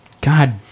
God